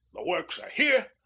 the works are here,